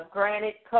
Granite